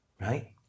right